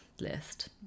list